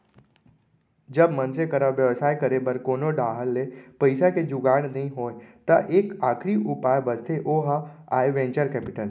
जब मनसे करा बेवसाय करे बर कोनो डाहर ले पइसा के जुगाड़ नइ होय त एक आखरी उपाय बचथे ओहा आय वेंचर कैपिटल